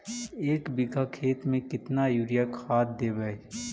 एक बिघा खेत में केतना युरिया खाद देवै?